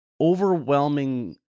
overwhelming